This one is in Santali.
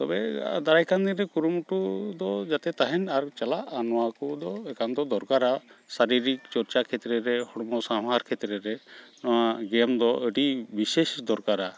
ᱛᱚᱵᱮ ᱫᱟᱨᱟᱭᱠᱟᱱ ᱫᱤᱱᱨᱮ ᱠᱩᱨᱩᱢᱩᱴᱩᱫᱚ ᱡᱟᱛᱮ ᱛᱟᱦᱮᱱ ᱟᱨ ᱪᱟᱞᱟᱜ ᱟᱨ ᱱᱚᱣᱟᱠᱚᱫᱚ ᱮᱠᱟᱱᱛᱚ ᱫᱚᱨᱠᱟᱨᱟ ᱥᱟᱨᱤᱨᱤᱠ ᱪᱚᱨᱪᱟ ᱠᱷᱮᱛᱨᱮᱨᱮ ᱦᱚᱲᱢᱚ ᱥᱟᱶᱟᱨ ᱠᱷᱮᱛᱨᱮᱨᱮ ᱱᱚᱣᱟ ᱜᱮᱢᱫᱚ ᱟᱹᱰᱤ ᱵᱤᱥᱮᱥ ᱫᱚᱨᱠᱟᱨᱟ